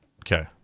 Okay